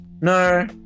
No